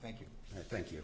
thank you thank you